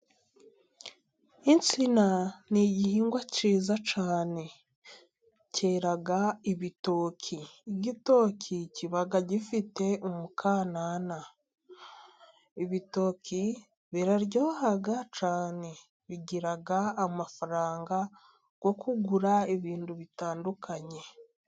Insina ni igihingwa cyiza cyane cyera ibitoki, igitoki kiba gifite umukanana, ibitoki biraryoha cyane, bigira amafaranga nko kugura ibintu bitandukanye.